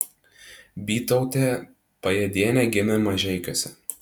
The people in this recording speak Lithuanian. bytautė pajėdienė gimė mažeikiuose